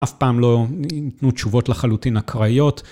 אף פעם לא ניתנו תשובות לחלוטין אקראיות.